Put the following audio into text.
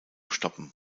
stoppen